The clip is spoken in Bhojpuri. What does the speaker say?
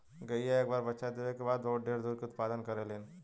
गईया एक बार बच्चा देवे क बाद बहुत ढेर दूध के उत्पदान करेलीन